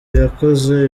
yakoze